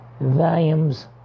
volumes